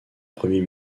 premier